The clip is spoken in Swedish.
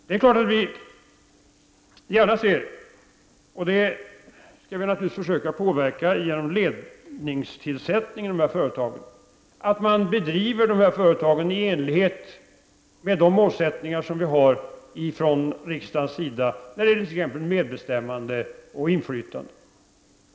Det är klart att vi gärna ser — och det skall vi naturligtvis försöka påverka genom ledningstillsättning i företagen — att man driver företagen i enlighet med de mål som riksdagen har satt beträffande t.ex. medbestämmande och inflytande.